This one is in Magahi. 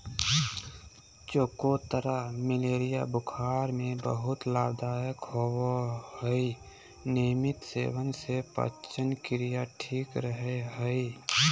चकोतरा मलेरिया बुखार में बहुत लाभदायक होवय हई नियमित सेवन से पाचनक्रिया ठीक रहय हई